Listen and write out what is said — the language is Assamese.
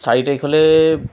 চাৰি তাৰিখলৈ